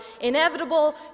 inevitable